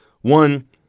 one